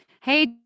hey